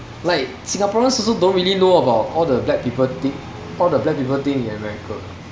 like singaporeans also don't really know about all the black people thing all the black people thing in america